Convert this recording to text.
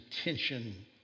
attention